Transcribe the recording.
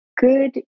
Good